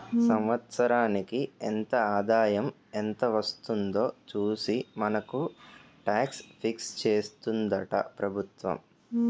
సంవత్సరానికి ఎంత ఆదాయం ఎంత వస్తుందో చూసి మనకు టాక్స్ ఫిక్స్ చేస్తుందట ప్రభుత్వం